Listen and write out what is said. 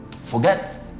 Forget